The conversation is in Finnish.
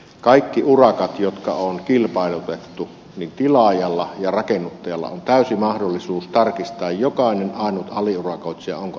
kaikkien urakoiden jotka on kilpailutettu tilaajalla ja rakennuttajalla on täysi mahdollisuus tarkistaa joka ainut aliurakoitsija ovatko asiakirjat kunnossa